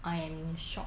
I am shocked